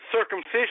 circumcision